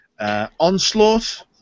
Onslaught